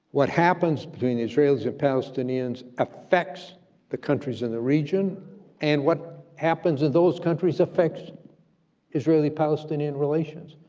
what happens between the israelis and palestinians affects the countries in the region and what happens in those countries affects israeli-palestinian relations,